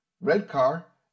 Redcar